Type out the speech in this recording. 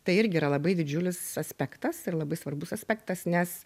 tai irgi yra labai didžiulis aspektas ir labai svarbus aspektas nes